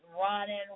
running